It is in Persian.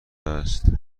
است